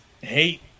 hate